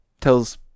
tells